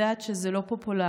ואני יודעת שזה לא פופולרי,